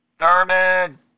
Thurman